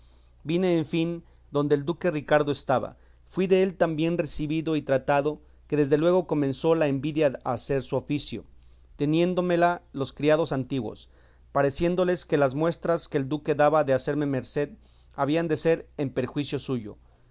vine en fin donde el duque ricardo estaba fui dél tan bien recebido y tratado que desde luego comenzó la envidia a hacer su oficio teniéndomela los criados antiguos pareciéndoles que las muestras que el duque daba de hacerme merced habían de ser en perjuicio suyo